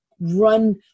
run